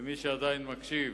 למי שעדיין מקשיב